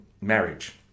marriage